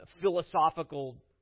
philosophical